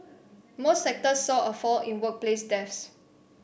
most sectors saw a fall in workplace deaths